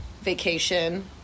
vacation